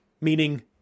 meaning